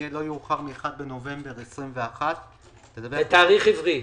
יהיה לא יאוחר מ-1 בנובמבר 21', ותאריך עברי.